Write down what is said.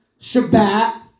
Shabbat